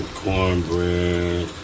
cornbread